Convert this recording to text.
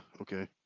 okay